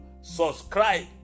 subscribe